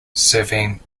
serving